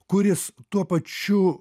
kuris tuo pačiu